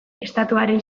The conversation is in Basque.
estatuaren